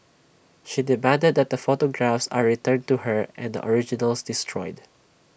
she demanded that the photographs are returned to her and the originals destroyed